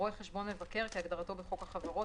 "רואה חשבון מבקר" כהגדרתו בחוק החברות,